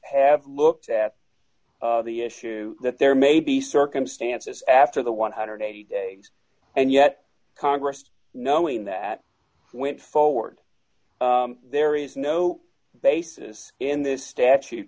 have looked at the issue that there may be circumstances after the one hundred and eighty dollars and yet congress knowing that went forward there is no basis in this statute